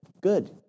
Good